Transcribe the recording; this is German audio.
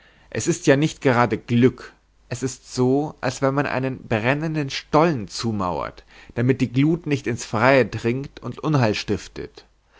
es ist ja nicht gerade glück es ist so als wenn man einen brennenden stollen zumauert damit die glut nicht ins freie dringt und unheil stiftet